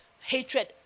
hatred